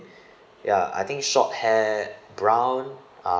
ya I think short hair brown um